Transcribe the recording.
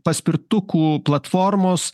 paspirtukų platformos